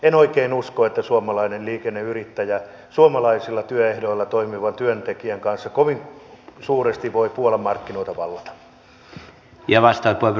en oikein usko että suomalainen liikenneyrittäjä suomalaisilla työehdoilla toimivan työntekijän kanssa kovin suuresti voi puolan markkinoita vallata